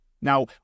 Now